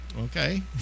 Okay